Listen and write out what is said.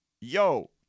yo